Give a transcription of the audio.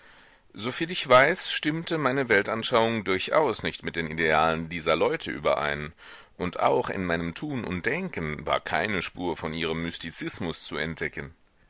soviel ich weiß stimmte meine weltanschauung durchaus nicht mit den idealen dieser leute überein und auch in meinem tun und denken war keine spur von ihrem mystizismus zu entdecken